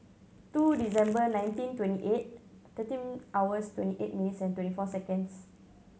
two December nineteen twenty eight thirteen hours twenty eight minutes and twenty four seconds